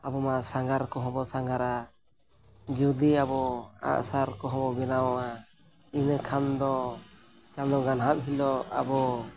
ᱟᱵᱚ ᱢᱟ ᱥᱟᱸᱜᱷᱟᱨ ᱠᱚᱦᱚᱸ ᱵᱚᱱ ᱥᱟᱸᱜᱷᱟᱨᱟ ᱡᱩᱫᱤ ᱟᱵᱚ ᱟᱸᱜ ᱥᱟᱨ ᱠᱚᱦᱚᱸ ᱵᱮᱱᱟᱣᱟ ᱤᱱᱟᱹ ᱠᱷᱟᱱ ᱫᱚ ᱪᱟᱸᱫᱚ ᱜᱟᱱᱦᱟᱜ ᱦᱤᱞᱳᱜ ᱟᱵᱚ